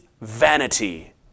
vanity